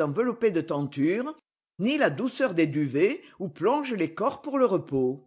enveloppées de tentures ni la douceur des duvets où plongent les corps pour le repos